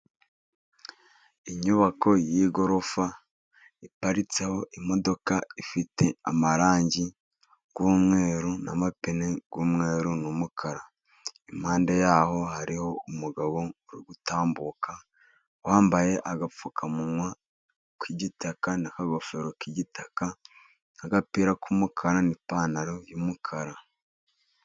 Inyubako y'igorofa iparitseho imodoka, ifite amarangi y'umweru, n'amapine y'umweru, n'umukara, impande yaho hariho umugabo uri gutambuka, wambaye agapfukamunwa k'igitaka, n'akagofero k'igitaka , agapira k'umukara, n'ipantaro y'umukara.